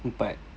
but